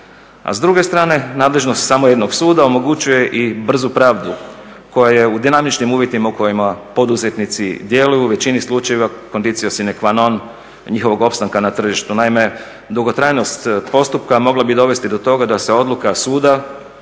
A s druge strane nadležnost samo jednog suda omogućuje i brzu pravdu koja je u dinamičnim uvjetima u kojima poduzetnici djeluju u većini slučajeva condicio sine qua non njihovog opstanka na tržištu. Naime, dugotrajnost postupka mogla bi i dovesti do toga da se odluka suda